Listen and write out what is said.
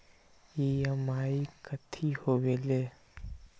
EMI कथी होवेले?